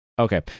Okay